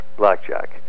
Blackjack